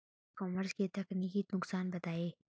ई commerce के तकनीकी नुकसान बताएं?